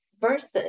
versus